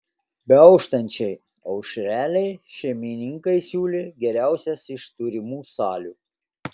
beauštančiai aušrelei šeimininkai siūlė geriausias iš turimų salių